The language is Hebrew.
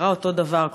קרה אותו דבר.